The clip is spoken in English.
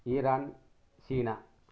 Iran China